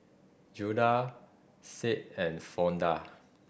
Judah Sade and Fonda